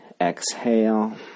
exhale